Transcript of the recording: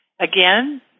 again